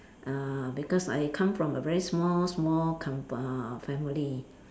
uh because I come from a very small small kamp~ uh family